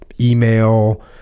email